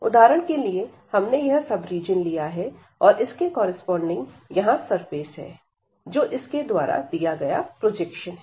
उदाहरण के लिए हमने यह सब रीजन लिया हैं और इसके कॉरस्पॉडिंग यहां सरफेस है जो इसके द्वारा दिया गया प्रोजेक्शन है